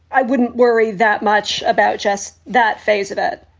i wouldn't worry that much about just that phase of it.